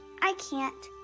i can't,